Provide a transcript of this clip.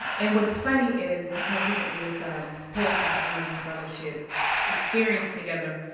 and what's funny is because we were in this um poets house emerging fellowship experience together,